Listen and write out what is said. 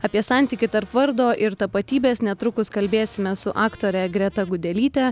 apie santykį tarp vardo ir tapatybės netrukus kalbėsime su aktore greta gudelyte